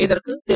இதற்கு திரு